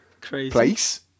place